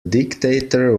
dictator